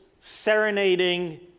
serenading